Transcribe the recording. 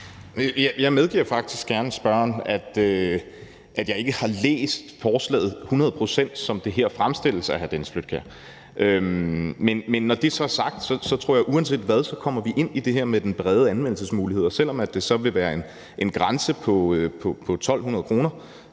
Jeg medgiver faktisk gerne spørgeren, at jeg ikke har læst forslaget hundrede procent, som det her fremstilles af hr. Dennis Flydtkjær. Men når det så er sagt, tror jeg, at vi uanset hvad kommer ind i det her med den brede anvendelsesmulighed. Selv om det så vil være en grænse på 1.200 kr.,